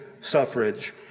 suffrage